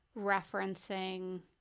referencing